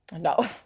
No